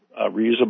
reusable